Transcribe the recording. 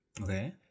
Okay